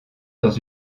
dans